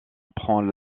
apprend